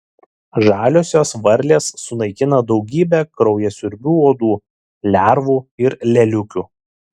žaliosios varlės sunaikina daugybę kraujasiurbių uodų lervų ir lėliukių